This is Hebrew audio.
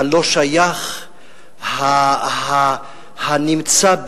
הלא-שייך, הנמצא,